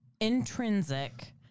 intrinsic